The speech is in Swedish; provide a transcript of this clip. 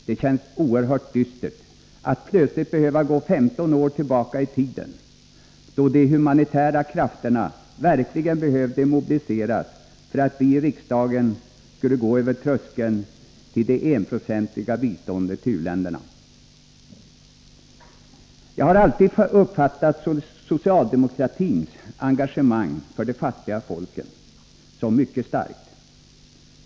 Det känns oerhört dystert att plötsligt behöva gå 15 år tillbaka i tiden, då de humanitära krafterna verkligen behövde mobiliseras för att vi i riksdagen skulle gå över tröskeln till det enprocentiga biståndet till u-länderna. Jag har alltid uppfattat socialdemokratins engagemang för de fattiga folken som mycket starkt.